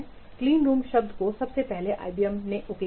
cleanroom शब्द को सबसे पहले आईबीएम में ओके किया गया था